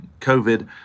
COVID